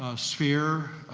ah sphere.